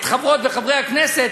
את חברות וחברי הכנסת,